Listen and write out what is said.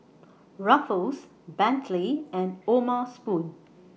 Ruffles Bentley and O'ma Spoon